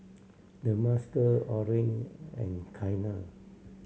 Demarcus Orren and Kiana